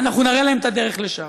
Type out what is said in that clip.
אנחנו נראה להם את הדרך לשם.